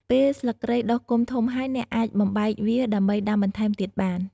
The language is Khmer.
ពេលស្លឹកគ្រៃដុះគុម្ពធំហើយ អ្នកអាចបំបែកវាដើម្បីដាំបន្ថែមទៀតបាន។